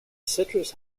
citrus